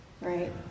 right